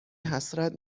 حسرت